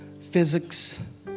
physics